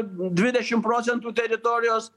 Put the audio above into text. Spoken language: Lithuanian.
dvidešim procentų teritorijos